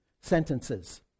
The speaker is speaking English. sentences